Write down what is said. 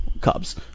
Cubs